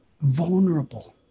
vulnerable